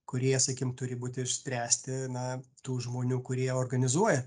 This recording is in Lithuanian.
kurie sakim turi būti išspręsti na tų žmonių kurie organizuoja